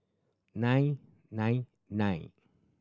nine nine nine